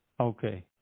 Okay